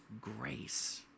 grace